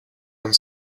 and